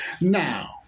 Now